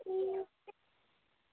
अं